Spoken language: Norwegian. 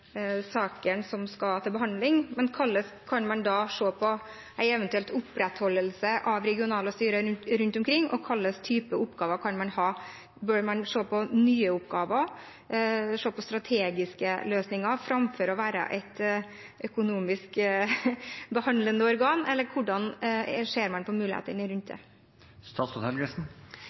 som skal til behandling. Hvordan ser man da på en eventuell opprettholdelse av regionale styrer rundt omkring og hvilke typer oppgaver man kan ha? Bør man se på om de skal ha nye oppgaver, se på strategiske løsninger, framfor at de skal være et behandlende organ økonomisk sett, eller hvordan ser man på mulighetene